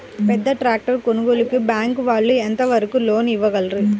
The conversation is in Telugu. పెద్ద ట్రాక్టర్ కొనుగోలుకి బ్యాంకు వాళ్ళు ఎంత వరకు లోన్ ఇవ్వగలరు?